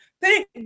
Thank